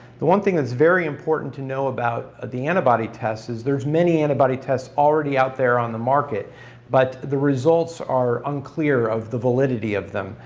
the one thing that's very important to know about ah the antibody tests is there's many antibody tests already out there on the market but the results are unclear of the validity of them.